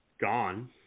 gone